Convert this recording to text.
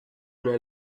una